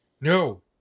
No